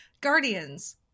Guardians